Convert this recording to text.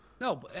no